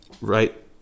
right